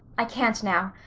i can't now.